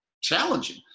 challenging